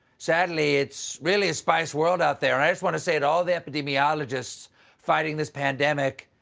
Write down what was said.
sadly it's really a spice world out there. and i just want to say to all the epidimiologists fighting this pandemic,